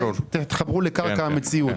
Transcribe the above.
תתחברו לקרקע המציאות.